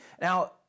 Now